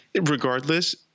regardless